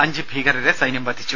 അഞ്ച് ഭീകരരെ സൈന്യം വധിച്ചു